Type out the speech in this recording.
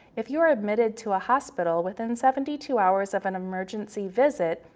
if you're admitted to a hospital within seventy two hours of an emergency visit,